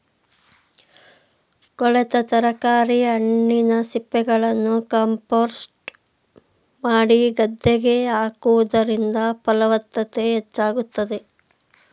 ಕೊಳೆತ ತರಕಾರಿ, ಹಣ್ಣಿನ ಸಿಪ್ಪೆಗಳನ್ನು ಕಾಂಪೋಸ್ಟ್ ಮಾಡಿ ಗದ್ದೆಗೆ ಹಾಕುವುದರಿಂದ ಫಲವತ್ತತೆ ಹೆಚ್ಚಾಗುತ್ತದೆ